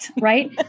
Right